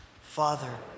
Father